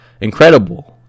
Incredible